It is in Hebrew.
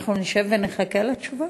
אנחנו נשב ונחכה לתשובה?